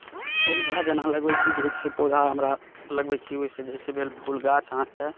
पौधा जेना लगबै छी जे छै पौधा जेना हमरा लगबै छी ओहिसँ जे छै भेल फुल गाछ अहाँकेँ